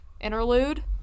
Interlude